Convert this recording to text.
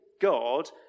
God